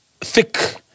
Thick